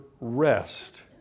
rest